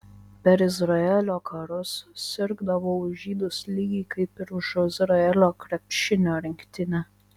per izraelio karus sirgdavau už žydus lygiai kaip ir už izraelio krepšinio rinktinę